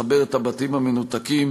לחבר את הבתים המנותקים.